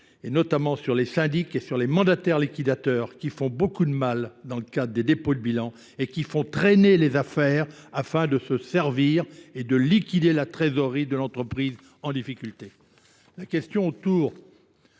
et notamment sur les syndics et sur les mandataires liquidateurs qui font beaucoup de mal dans le cadre des dépôts de bilan et qui font traîner les affaires afin de se servir et de liquider la trésorerie de l'entreprise en difficulté. La question autour